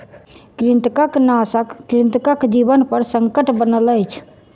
कृंतकनाशक कृंतकक जीवनपर संकट बनल अछि